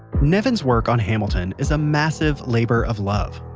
nevin's work on hamilton is a massive labor of love.